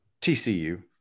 TCU